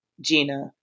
Gina